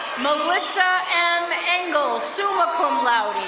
melissa m. angle, summa cum laude.